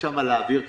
יש שם להעביר כסף.